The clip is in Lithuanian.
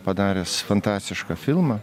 padaręs fantastišką filmą